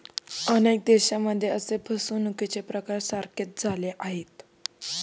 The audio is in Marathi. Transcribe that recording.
अनेक देशांमध्ये असे फसवणुकीचे प्रकार सारखेच झाले आहेत